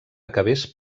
acabés